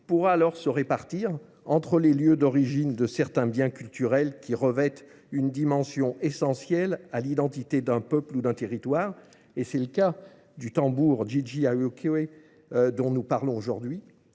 pourra alors se répartir entre les lieux d'origine de certains biens culturels qui revêtent une dimension essentielle à l'identité d'un peuple ou d'un territoire, et c'est le cas du tambour Jiji Aoké, dont nous parlons aujourd'hui,